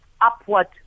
upward